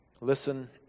Listen